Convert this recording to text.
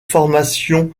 formation